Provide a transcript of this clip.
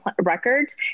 records